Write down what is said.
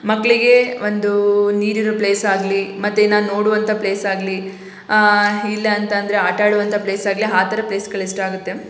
ಮಕ್ಕಳಿಗೆ ಒಂದು ನೀರಿರೋ ಪ್ಲೇಸಾಗಲಿ ಮತ್ತೇನೋ ನೋಡುವಂಥ ಪ್ಲೇಸಾಗಲಿ ಇಲ್ಲಾಂತಂದರೆ ಆಟಾಡುವಂಥ ಪ್ಲೇಸ್ ಆಗಲಿ ಹಾ ಥರ ಪ್ಲೇಸ್ಗಳು ಇಷ್ಟ ಆಗುತ್ತೆ